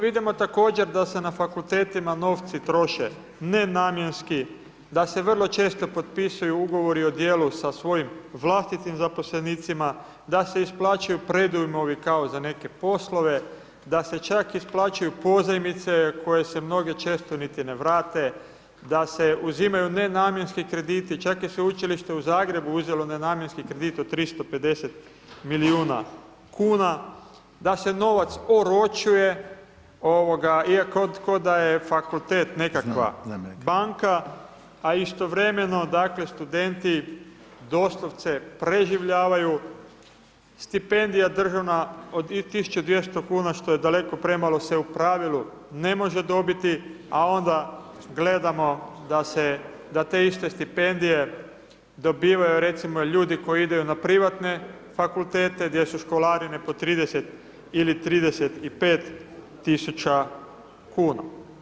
Vidimo također da se na fakultetima novci troše nenamjenski, da se vrlo često potpisuju ugovori o djelu sa svojim vlastitim zaposlenicima, da se isplaćuju predujmovi kao za neke poslove da se čak isplaćuju pozajmice koje se mnoge često niti ne vrate, da se uzimaju nenamjenski krediti, čak je Sveučilište u Zagrebu uzelo nenamjenski kredit od 350 milijuna kuna, da se novac oročuje iako on kao da je fakultet nekakva banka a istovremeno dakle studenti doslovce preživljavaju, stipendija državna od 1200 što je daleko premalo se u pravilu ne može dobiti a onda gledamo da te iste stipendije dobivaju recimo ljudi koji idu na privatne fakultete, gdje su školarine po 30 ili 35 000 kuna.